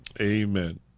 Amen